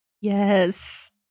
Yes